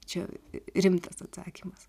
čia rimtas atsakymas